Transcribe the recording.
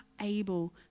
able